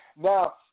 Now